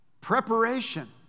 Preparation